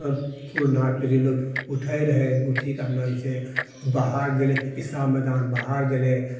पुरना पीढ़ी लोग उठैत रहय उठीकऽ अपना जे छै बाहर गेलय दिशा मैदान बाहर गेलय